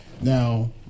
now